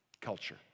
culture